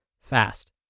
fast